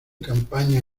campaña